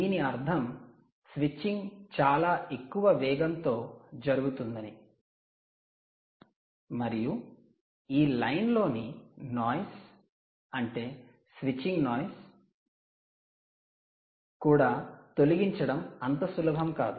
దీని అర్థం స్విచ్చింగ్ చాలా ఎక్కువ వేగంతో జరుగుతుంది మరియు ఈ లైన్లోని నాయిస్ అంటే స్విచ్చింగ్ నాయిస్ కూడా తొలగించడం అంత సులభం కాదు